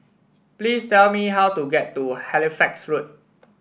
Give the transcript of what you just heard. please tell me how to get to Halifax Road